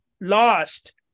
lost